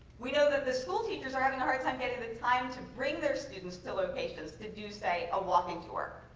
we know that the school teachers are having a hard time getting the time to bring their students to locations to do, say, a walking tour.